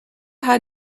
had